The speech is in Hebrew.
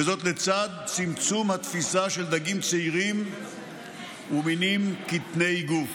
וזאת לצד צמצום התפיסה של דגים צעירים ומינים קטני גוף.